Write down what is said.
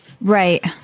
Right